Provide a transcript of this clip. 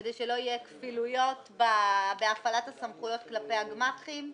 כדי שלא יהיו כפילויות בהפעלת הסמכויות כלפי הגמ"חים.